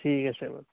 ঠিক আছে বাৰু